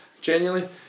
genuinely